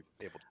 able